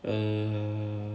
err